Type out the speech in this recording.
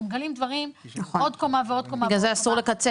בגלל זה אסור לקצץ,